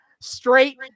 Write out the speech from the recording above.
straight